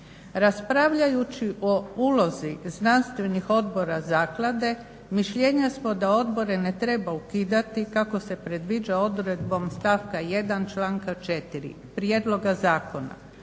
Raspravljajući o ulozi znanstvenih odbora zaklade mišljenja smo da odbore ne treba ukidati kako se predviđa odredbom stavka 1. članka 4. Prijedloga zakona.